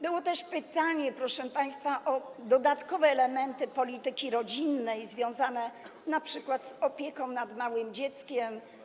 Było też pytanie, proszę państwa, o dodatkowe elementy polityki rodzinnej związane np. z opieką nad małym dzieckiem.